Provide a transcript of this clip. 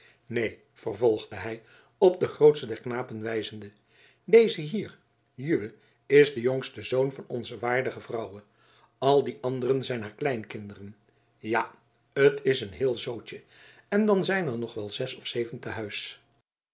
neen vervolgde hij op den grootsten der knapen wijzende deze hier juwe is de jongste zoon van onze waardige vrouwe al die anderen zijn haar kleinkinderen ja t is een heel zootje en dan zijn er nog wel zes of zeven te huis